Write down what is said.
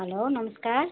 हलो नमस्कार